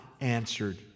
answered